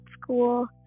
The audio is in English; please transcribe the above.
school